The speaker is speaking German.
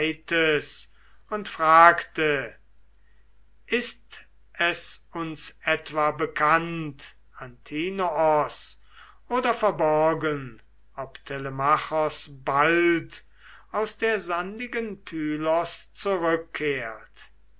und fragte ist es uns etwa bekannt antinoos oder verborgen ob telemachos bald aus der sandigen pylos zurückkehrt